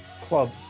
club